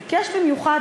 ביקש במיוחד,